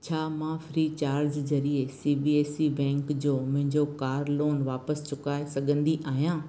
छा मां Freecharge ज़रिए सी एस बी बैंक जो मुंहिंजो कार लोन वापसि चुकाए सघंदी आहियां